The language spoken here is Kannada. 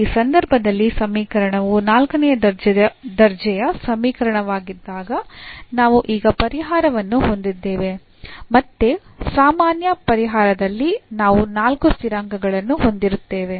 ಈ ಸಂದರ್ಭದಲ್ಲಿ ಸಮೀಕರಣವು ನಾಲ್ಕನೇ ದರ್ಜೆಯ ಸಮೀಕರಣವಾಗಿದ್ದಾಗ ನಾವು ಈಗ ಪರಿಹಾರವನ್ನು ಹೊಂದಿದ್ದೇವೆ ಮತ್ತು ಸಾಮಾನ್ಯ ಪರಿಹಾರದಲ್ಲಿ ನಾವು ನಾಲ್ಕು ಸ್ಥಿರಾಂಕಗಳನ್ನು ಹೊಂದಿರುತ್ತೇವೆ